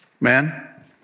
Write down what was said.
man